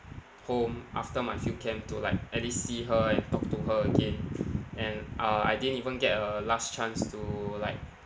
home after my field camp to like at least see her and talk to her again and uh I didn't even get a last chance to like